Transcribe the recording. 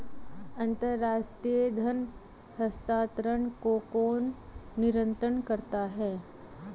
अंतर्राष्ट्रीय धन हस्तांतरण को कौन नियंत्रित करता है?